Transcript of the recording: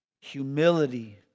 Humility